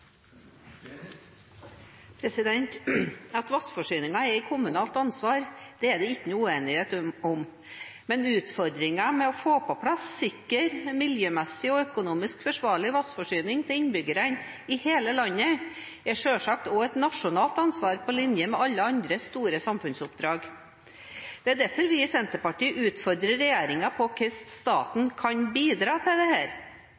At vannforsyningen er et kommunalt ansvar, er det ikke noen uenighet om. Men utfordringen med å få på plass en sikker, miljømessig og økonomisk forsvarlig vannforsyning til innbyggerne i hele landet er selvsagt også et nasjonalt ansvar, på linje med alle andre store samfunnsoppdrag. Det er derfor vi i Senterpartiet utfordrer regjeringen på hvordan staten kan bidra til